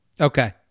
Okay